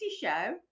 show